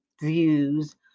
views